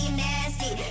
nasty